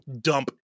dump